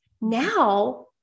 Now